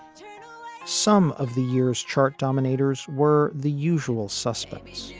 you know some of the year's chart dominators were the usual suspects